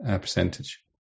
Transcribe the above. percentage